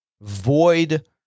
void